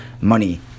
money